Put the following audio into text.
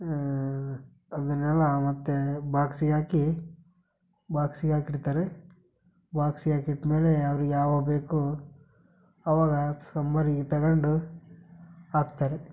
ಅದನ್ನೆಲ್ಲ ಮತ್ತೆ ಬಾಕ್ಸಿಗೆ ಹಾಕಿ ಬಾಕ್ಸಿಗೆ ಹಾಕಿಡ್ತಾರೆ ಬಾಕ್ಸಿಗೆ ಹಾಕಿಟ್ಟ ಮೇಲೆ ಅವ್ರಿಗೆ ಯಾವಾಗ ಬೇಕೋ ಅವಾಗ ಸಾಂಬಾರಿಗೆ ತಗೊಂಡು ಹಾಕ್ತಾರೆ